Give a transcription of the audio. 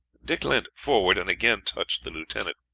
dick leant forward and again touched the lieutenant.